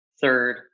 third